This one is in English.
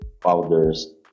powders